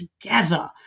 together